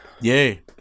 Yay